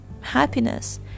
happiness